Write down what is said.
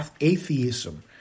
atheism